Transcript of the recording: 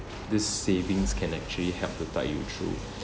this savings can actually help to tide you through